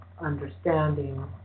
understanding